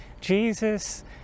Jesus